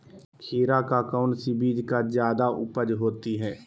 खीरा का कौन सी बीज का जयादा उपज होती है?